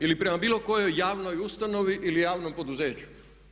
Ili prema bilo kojoj javnoj ustanovi ili javnom poduzeću?